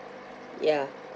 ya